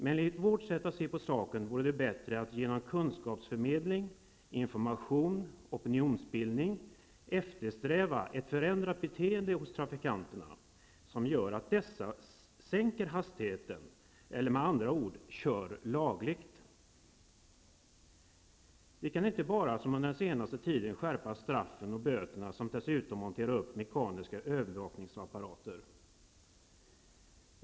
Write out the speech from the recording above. Enligt vårt sätt att se på saken vore det bättre att genom kunskapsförmedling, information och opinionsbildning eftersträva ett förändrat beteende hos trafikanterna, som gör att dessa sänker hastigheten, eller med andra ord kör lagligt. Vi kan inte bara som under den senaste tiden skärpa straffen, böterna, och dessutom montera upp mekaniska övervakningsapparater.